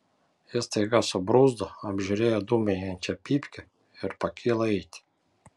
jis staiga subruzdo apžiūrėjo dūmijančią pypkę ir pakilo eiti